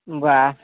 বা